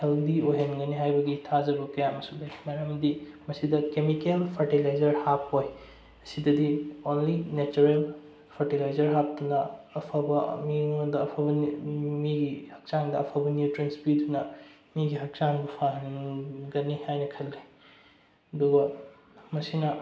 healthy ꯑꯣꯏꯍꯟꯒꯅꯤ ꯍꯥꯏꯕꯒꯤ ꯊꯥꯖꯕ ꯀꯌꯥ ꯑꯃꯁꯨ ꯂꯩ ꯃꯔꯝꯗꯤ ꯃꯁꯤꯗ ꯀꯦꯃꯤꯀꯦꯜ ꯐꯔꯇꯤꯂꯥꯏꯖꯔ ꯍꯥꯞꯄꯣꯏ ꯑꯁꯤꯗꯗꯤ ꯑꯣꯟꯂꯤ ꯅꯦꯆꯔꯦꯜ ꯐꯔꯇꯤꯂꯥꯏꯖꯔ ꯍꯥꯞꯇꯨꯅ ꯑꯐꯕ ꯃꯤꯉꯣꯟꯗ ꯑꯐꯕ ꯃꯤꯒꯤ ꯍꯛꯆꯥꯡꯗ ꯑꯐꯕ ꯅꯤꯌꯨꯇ꯭ꯔꯤꯟꯁ ꯄꯤꯗꯨꯅ ꯃꯤꯒꯤ ꯍꯛꯆꯥꯡꯕꯨ ꯐꯍꯟꯒꯅꯤ ꯍꯥꯏꯅ ꯈꯜꯂꯤ ꯑꯗꯨꯒ ꯃꯁꯤꯅ